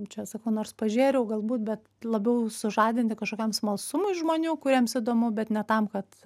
čia sakau nors pažėriau galbūt bet labiau sužadinti kažkokiam smalsumui žmonių kuriems įdomu bet ne tam kad